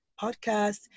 podcast